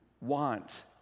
want